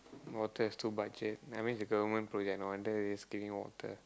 water is too much eh I mean the government project no wonder is cleaning water